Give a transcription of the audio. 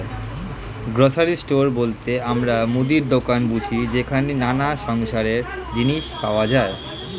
grocery store বলতে আমরা মুদির দোকান বুঝি যেখানে নানা সংসারের জিনিস পাওয়া যায়